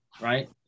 right